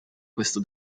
questo